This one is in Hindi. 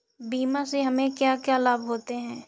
बीमा से हमे क्या क्या लाभ होते हैं?